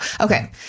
Okay